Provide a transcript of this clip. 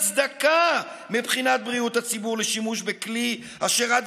אין הצדקה מבחינת בריאות הציבור לשימוש בכלי אשר עד